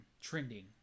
trending